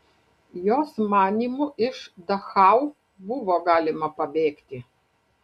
jos manymu iš dachau buvo galima pabėgti